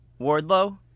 Wardlow